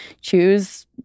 choose